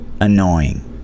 annoying